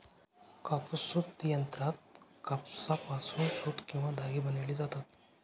कापूस सूत यंत्रात कापसापासून सूत किंवा धागे बनविले जातात